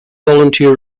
volunteer